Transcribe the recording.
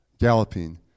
galloping